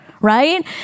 right